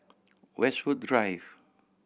Westwood Drive